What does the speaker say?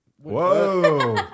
whoa